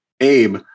Abe